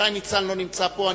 שי ניצן לא נמצא פה,